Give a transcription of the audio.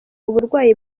uburwayi